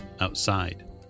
outside